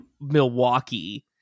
Milwaukee